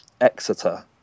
Exeter